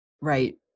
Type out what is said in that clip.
Right